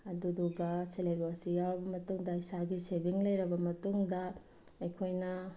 ꯑꯗꯨꯗꯨꯒ self help group ꯑꯁꯤ ꯌꯥꯎꯔꯕ ꯃꯇꯨꯡꯗ ꯏꯁꯥꯒꯤ ꯁꯦꯚꯤꯡ ꯂꯩꯔꯕ ꯃꯇꯨꯡꯗ ꯑꯩꯈꯣꯏꯅ